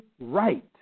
right